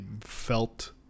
felt